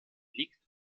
liegt